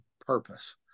purpose